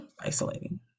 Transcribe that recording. Isolating